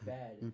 bad